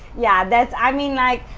yeah! that's. i mean like,